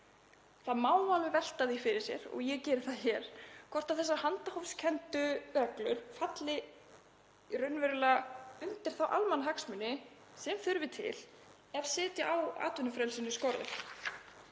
Það má alveg velta því fyrir sér og ég geri það hér hvort þessar handahófskenndu reglur falli raunverulega undir þá almannahagsmuni sem þarf til ef setja á atvinnufrelsinu skorður.